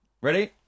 ready